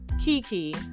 Kiki